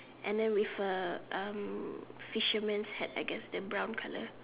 and then with a um fisherman's hat I guess the brown colour